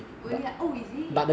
really ah oh is it